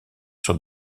sur